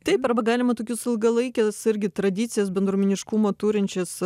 taip arba galima tokius ilgalaikes irgi tradicijas bendruomeniškumo turinčias